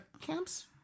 Camps